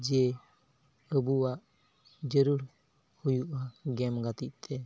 ᱡᱮ ᱟᱵᱚᱣᱟᱜ ᱡᱟᱹᱨᱩᱲ ᱦᱩᱭᱩᱜᱼᱟ ᱜᱮᱢ ᱜᱟᱛᱮᱜ ᱛᱮ